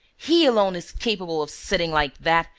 he alone is capable of sitting like that,